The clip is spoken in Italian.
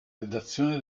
redazione